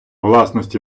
власності